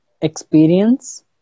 experience